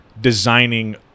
designing